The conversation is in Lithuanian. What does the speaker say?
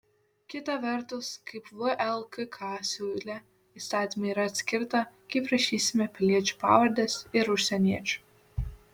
kita vertus kaip vlkk siūlė įstatyme yra atskirta kaip rašysime piliečių pavardes ir užsieniečių